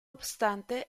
obstante